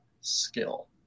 skill